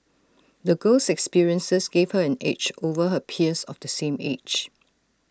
the girl's experiences gave her an edge over her peers of the same age